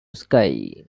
skye